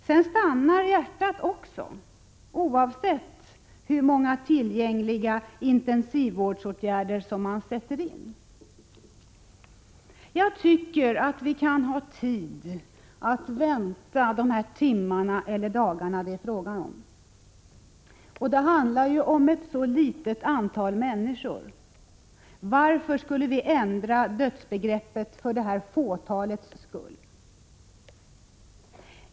Sedan stannar hjärtat också, oavsett hur många tillgängliga intensivvårdsåtgärder som sätts in. Jag tycker att vi kan ha tid att vänta dessa timmar eller dagar. Det handlar ju om ett så litet antal människor — varför skulle vi ändra dödsbegreppet för 15 detta fåtals skull?